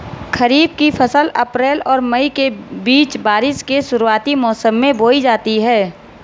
खरीफ़ की फ़सल अप्रैल और मई के बीच, बारिश के शुरुआती मौसम में बोई जाती हैं